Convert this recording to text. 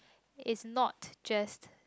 it's not just